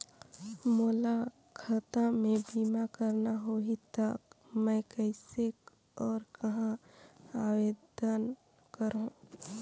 मोला खाता मे बीमा करना होहि ता मैं कइसे और कहां आवेदन करहूं?